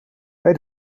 bij